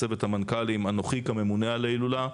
צוות המנכ"לים; אנוכי כממונה על ההילולה,